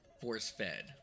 force-fed